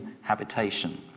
habitation